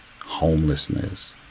homelessness